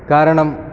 കാരണം